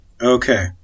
Okay